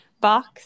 box